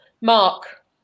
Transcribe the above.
Mark